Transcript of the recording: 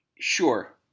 Sure